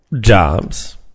jobs